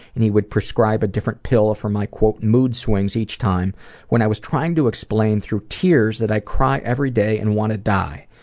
and he would prescribe a different pill for my mood swings each time when i was trying to explain through tears that i cry every day and want to die.